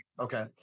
Okay